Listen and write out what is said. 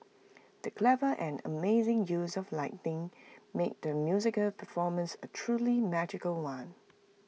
the clever and amazing use of lighting made the musical performance A truly magical one